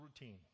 routine